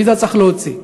ויזה צריך להוציא.